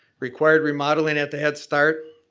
required remodeling at the headstart,